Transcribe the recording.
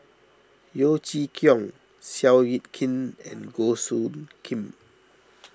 Yeo Chee Kiong Seow Yit Kin and Goh Soo Khim